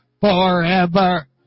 forever